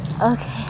Okay